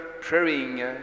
praying